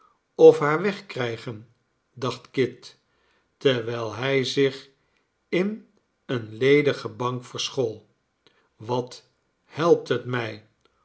of haar wegkrijgen dacht kit terwijl hij zich in eene ledige bank verschool wat helpt het mij